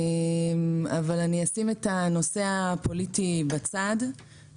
זה בצו הפיקוח.